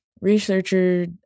Researcher